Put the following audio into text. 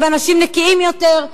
הם אנשים נקיים יותר,